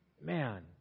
man